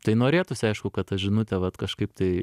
tai norėtųsi aišku kad ta žinutė vat kažkaip tai